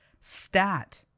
stat